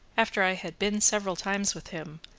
after i had been several times with him,